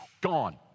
gone